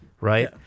right